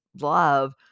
love